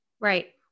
right